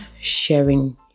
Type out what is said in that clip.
sharing